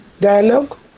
dialogue